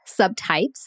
subtypes